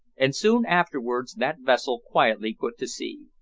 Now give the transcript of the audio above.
and soon afterwards that vessel quietly put to sea.